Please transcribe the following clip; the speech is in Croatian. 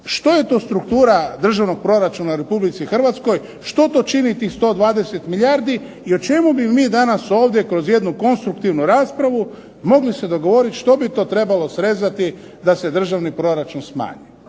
što je struktura državnog proračuna u Republici Hrvatskoj, što to čini tih 120 milijardi i o čemu bi mi danas ovdje kroz jednu konstruktivnu raspravu mogli se dogovorit što bi to trebalo srezati da se državni proračun smanji.